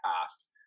past